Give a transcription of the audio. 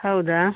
ಹೌದಾ